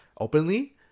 openly